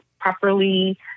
properly